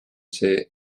see